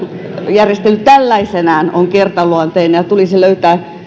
järjestely tällaisenaan on kertaluonteinen ja ja tulisi löytää